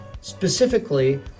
specifically